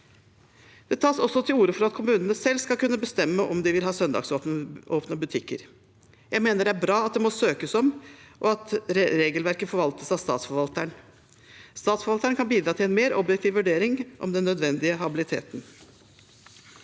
Det tas også til orde for at kommunene selv skal kunne bestemme om de vil ha søndagsåpne butikker. Jeg mener det er bra at dette må søkes om, og at regelverket forvaltes av statsforvalteren. Statsforvalteren kan bidra til en mer objektiv vurdering av den nødvendige habiliteten.